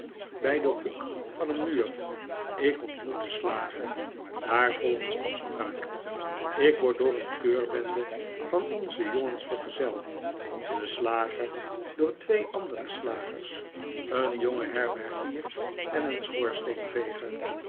bij den hoek van een inuur ik ontmoet den slager daar volgens afspraak ik word door een keurbende van onze jongeiis vergezeld de slager door twee andere slagers een jongen herbergier en een